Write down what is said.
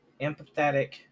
empathetic